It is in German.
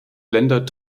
länder